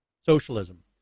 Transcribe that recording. socialism